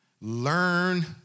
Learn